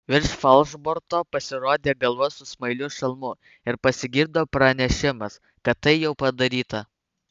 virš falšborto pasirodė galva su smailiu šalmu ir pasigirdo pranešimas kad tai jau padaryta